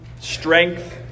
strength